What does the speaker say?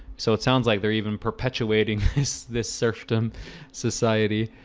so it sounds like they're even perpetuating this this serfdom society.